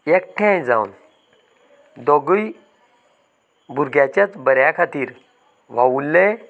एकठांय जावन दोगूय भुरग्याच्याच बऱ्या खातीर वावुरले